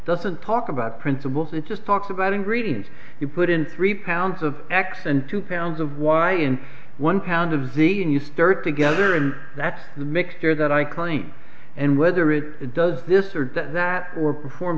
doesn't talk about principles it just talks about ingredients you put in three pounds of x and two pounds of y and one pound a v and you start together and that's the mixture that i can eat and whether it does this or that or perform